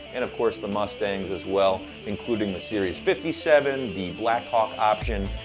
and of course, the mustangs as well including the series fifty seven, the blackhawk option,